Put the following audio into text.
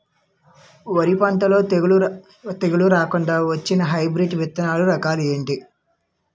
వరి పంటలో తెగుళ్లు రాకుండ వచ్చే హైబ్రిడ్ విత్తనాలు రకాలు ఏంటి?